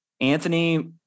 Anthony